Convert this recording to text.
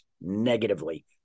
negatively